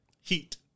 Heat